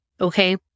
okay